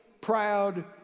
proud